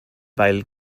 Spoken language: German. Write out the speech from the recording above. weil